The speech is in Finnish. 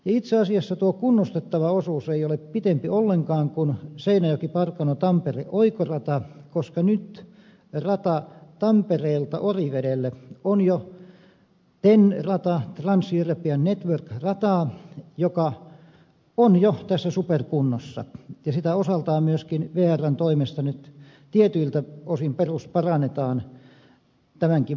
itse asiassa tuo kunnostettava osuus ei ole pitempi ollenkaan kuin seinäjokiparkanotampere oikorata koska nyt rata tampereelta orivedelle on jo ten rata trans european network rata joka on jo tässä superkunnossa ja sitä osaltaan myöskin vrn toimesta nyt tietyiltä osin perusparannetaan tämänkin vuoden aikana